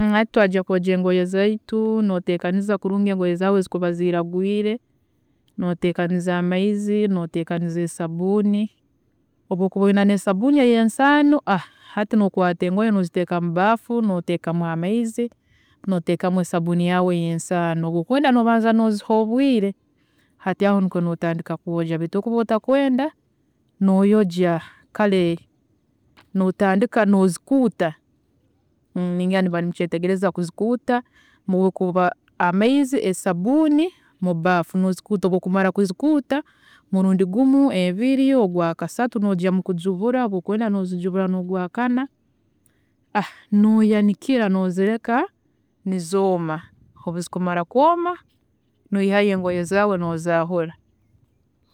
Hati twajya kwojya engoye zaitu, noteekaniza kurungi engoye zaawe ezikuba ziiragwiire, noteekaniza amaizi, noteekaniza esabuuni, obu okuba oyina nesabuuni eyensaano, hati nokwaata engoye noziteeka mu baafu, noteekamu amaizi noteekamu esabuuni yaawe eyensaano obu okwenda nobanza noziha obwiire, hati aho nikwe notandika kwojya. Baitu obu okuba otakwenda, noyojya, kare notandika nozikuuta, ningira nimuba nimukyetegeereza kuzikuuta, nokuba amaizi esabuuni mu baafu nozikuuta, obu okumara kuzikuuta murundi gumu, ebiri ogwakasatu nojya mukujubura obu okwenda nozijubura nogw'akana, noyanikira nozireka nizooma, obu zikumara kwooma, noyihayo engoye zaawe nozaahura.